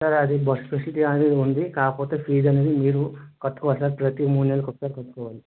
sir అదీ bus facility అనేది ఉంది కాకపోతే ఫీజు అనేది మీరు కట్టుకోవాలి సార్ ప్రతి మూడు నెలలకి ఒకసారి కట్టుకోవాలి